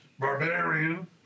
Barbarian